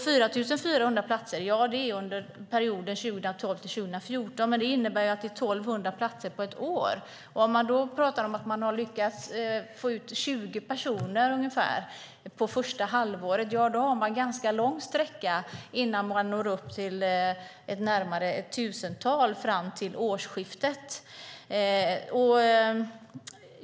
4 400 platser gäller för perioden 2012-2014. Det innebär 1 200 platser på ett år. Om man har fått ut 20 personer under första halvåret är det en lång sträcka innan man når upp till ett tusental vid årsskiftet.